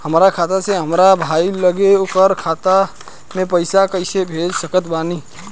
हमार खाता से हमार भाई लगे ओकर खाता मे पईसा कईसे भेज सकत बानी?